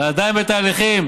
היא עדיין בתהליכים.